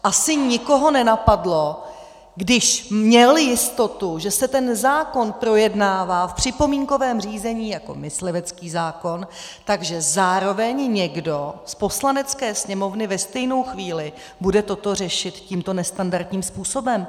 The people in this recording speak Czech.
Asi nikoho nenapadlo, když měl jistotu, že se ten zákon projednává v připomínkovém řízení jako myslivecký zákon, že zároveň někdo z Poslanecké sněmovny ve stejnou chvíli bude toto řešit tímto nestandardním způsobem.